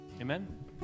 Amen